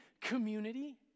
community